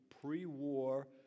pre-war